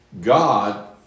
God